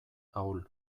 ahul